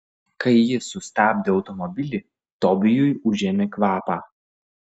kai ji sustabdė automobilį tobijui užėmė kvapą